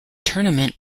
tournament